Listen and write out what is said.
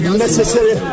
necessary